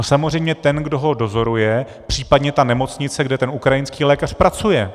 Samozřejmě ten, kdo ho dozoruje, případně nemocnice, kde ten ukrajinský lékař pracuje.